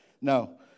No